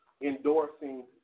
endorsing